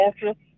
culture